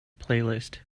playlist